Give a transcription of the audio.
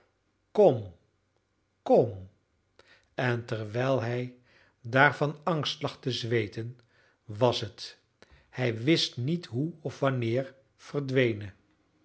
en terwijl hij daar van angst lag te zweeten was het hij wist niet hoe of wanneer verdwenen